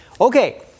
Okay